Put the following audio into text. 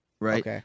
Right